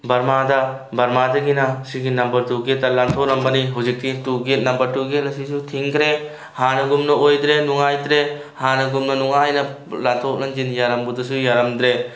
ꯕꯔꯃꯥꯗ ꯕꯔꯃꯥꯗꯒꯤꯅ ꯁꯤꯒꯤ number two ꯒꯦꯠꯇ ꯂꯥꯟꯊꯣꯛꯂꯝꯕꯅꯤ ꯍꯧꯖꯤꯛꯇꯤ two get number two get ꯑꯁꯤꯁꯨ ꯊꯤꯡꯈ꯭ꯔꯦ ꯍꯥꯟꯅꯒꯨꯝꯅ ꯑꯣꯏꯗ꯭ꯔꯦ ꯅꯨꯡꯉꯥꯏꯇ꯭ꯔꯦ ꯍꯥꯟꯅꯒꯨꯝꯅ ꯅꯨꯡꯉꯥꯏꯅ ꯂꯥꯟꯊꯣꯛ ꯂꯥꯟꯁꯤꯟ ꯌꯥꯔꯝꯕꯗꯨꯁꯨ ꯌꯥꯔꯝꯗ꯭ꯔꯦ